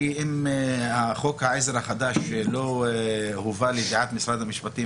כי אם חוק העזר החדש לא הובא לידיעת משרד המשפטים